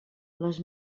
les